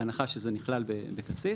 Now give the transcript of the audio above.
בהנחה שזה נכלל בקסיס,